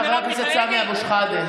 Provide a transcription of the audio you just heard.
חבר הכנסת סמי אבו שחאדה.